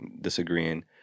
disagreeing